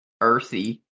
earthy